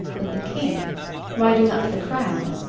but the king riding up to the crowd,